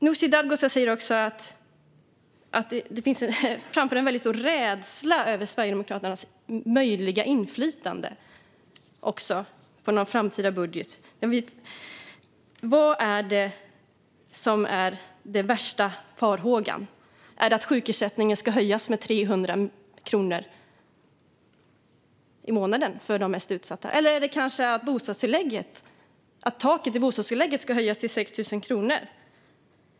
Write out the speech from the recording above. Nooshi Dadgostar framför också en väldigt stor rädsla över Sverigedemokraternas möjliga inflytande över en framtida budget. Vilken är den värsta farhågan? Är det att sjukersättningen ska höjas med 300 kronor i månaden för de mest utsatta, eller är det kanske att taket i bostadstillägget ska höjas till 6 000 kronor?